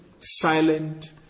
silent